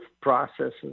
processes